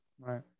right